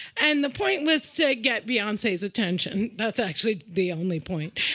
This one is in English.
and the point was get beyonce's attention. that's actually the only point.